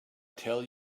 tell